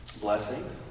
blessings